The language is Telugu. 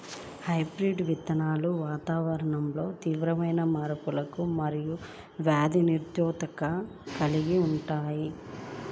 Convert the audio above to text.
హైబ్రిడ్ విత్తనాలు వాతావరణంలో తీవ్రమైన మార్పులకు మరియు వ్యాధి నిరోధకతను కలిగి ఉంటాయి